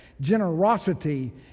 Generosity